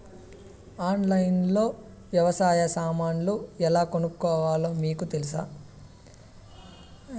ఆన్లైన్లో లో వ్యవసాయ సామాన్లు ఎలా కొనుక్కోవాలో మీకు తెలుసా?